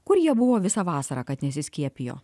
kur jie buvo visą vasarą kad nesiskiepijo